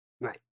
Right